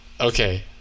Okay